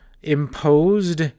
imposed